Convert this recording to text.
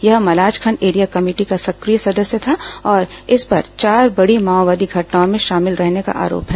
यह Malajkhand area committee का सक्रिय सदस्य था और इस पर चार बड़ी माओवादी घटनाओं में शामिल रहने का आरोप है